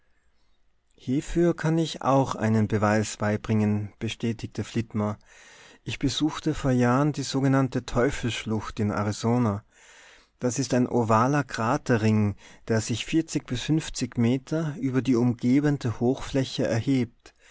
hiefür kann ich auch einen beweis beibringen bestätigte flitmore ich besuchte vor jahren die sogenannte teufelsschlucht in arizona das ist ein ovaler kraterring der sich bis meter über die umgebende hochfläche erhebt